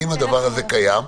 אם זה קיים,